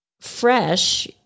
fresh